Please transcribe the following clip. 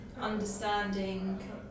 understanding